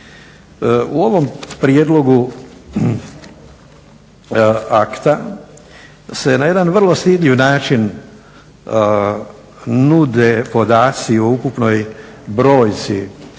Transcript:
U ovom prijedlogu akta se na jedan vrlo usrdni način nude podaci o ukupnoj brojci